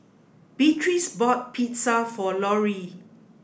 Beatrice bought Pizza for Lorri